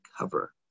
cover